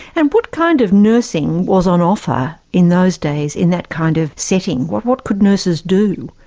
and what kind of nursing was on offer in those days in that kind of setting? what what could nurses do?